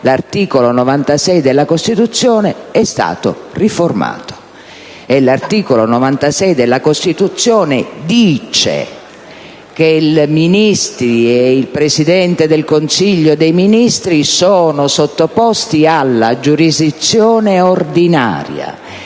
l'articolo 96 della Costituzione è stato riformato. L'articolo 96 della Costituzione dice che i Ministri e il Presidente del Consiglio dei ministri sono sottoposti alla giurisdizione ordinaria,